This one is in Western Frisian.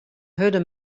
hurde